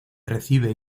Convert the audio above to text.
recibe